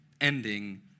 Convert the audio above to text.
ending